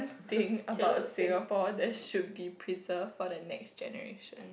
thing about Singapore that should be preserved for the next generation